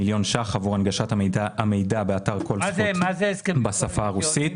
מה שצריך.